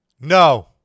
No